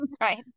right